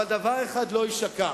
אבל דבר אחד לא יישכח: